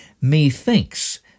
Methinks